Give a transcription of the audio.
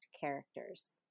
characters